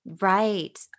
Right